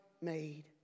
made